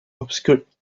obscured